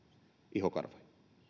ihokarvoja